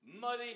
muddy